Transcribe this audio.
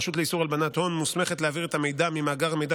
הרשות לאיסור הלבנת הון מוסמכת להעביר את המידע ממאגר מידע